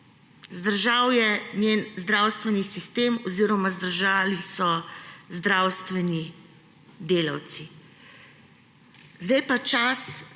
zdržal je njen zdravstveni sistem oziroma zdržali so zdravstveni delavci. Sedaj pa je